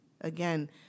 again